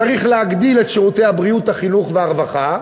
צריך להגדיל את שירותי הבריאות, החינוך והרווחה,